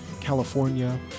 California